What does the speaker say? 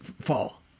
fall